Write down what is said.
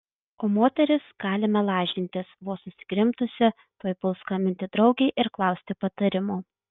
o moteris galime lažintis vos susikrimtusi tuoj puls skambinti draugei ir klausti patarimo